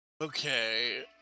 Okay